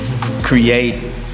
create